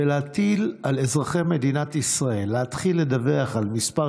להטיל על אזרחי מדינת ישראל להתחיל לדווח על מספר